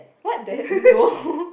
what the no